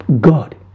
god